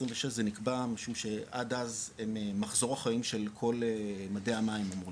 זה נקבע עד אז כי מחזור החיים של כל מדי המים אמור להשתנות,